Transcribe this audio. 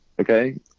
Okay